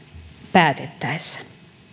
päätettäessä